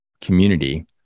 community